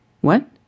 What